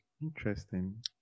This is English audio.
Interesting